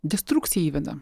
destrukciją įveda